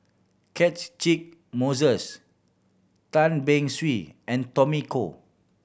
Catchick Moses Tan Beng Swee and Tommy Koh